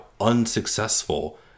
unsuccessful